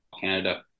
Canada